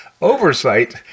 oversight